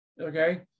Okay